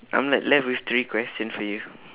I'm like left with three questions for you